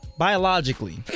Biologically